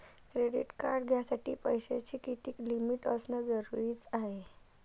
Credit card घ्यासाठी पैशाची कितीक लिमिट असनं जरुरीच हाय?